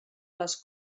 les